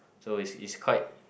so it's it's quite